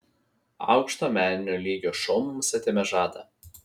aukšto meninio lygio šou mums atėmė žadą